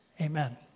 Amen